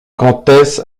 comtesse